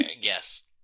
yes